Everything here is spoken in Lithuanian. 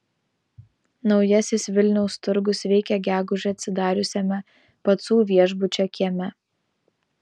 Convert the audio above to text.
naujasis vilniaus turgus veikia gegužę atsidariusiame pacų viešbučio kieme